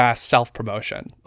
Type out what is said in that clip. self-promotion